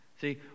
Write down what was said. See